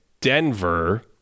Denver